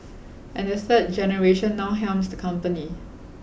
and the third generation now helms the company